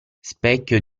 specchio